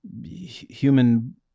human